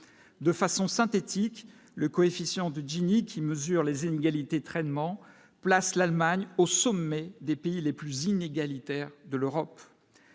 de façon synthétique, le coefficient de Gini, qui mesure les inégalités de traitement place l'Allemagne au sommet des pays les plus inégalitaires de l'Europe